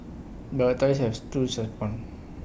but authorities have tools respond